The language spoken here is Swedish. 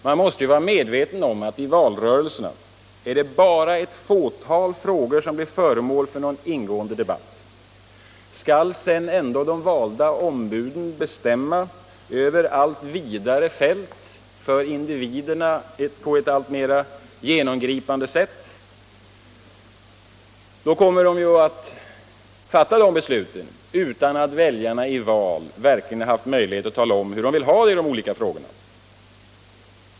Man måste vara medveten om att det i valrörelserna bara är ett fåtal frågor som blir föremål för någon ingående debatt. Skall sedan ändå de valda ombuden bestämma över allt vidare fält för individerna, på ett alltmera genomgripande sätt, kommer de ju att fatta dessa beslut utan att väljarna i val verkligen haft möjlighet att tala om hur de vill ha det i de olika frågorna.